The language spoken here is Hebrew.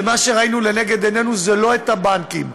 ומה שראינו לנגד עינינו זה לא את הבנקים,